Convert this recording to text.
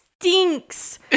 stinks